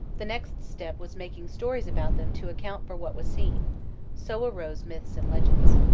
the next step was making stories about them to account for what was seen so arose myths and legends.